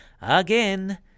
again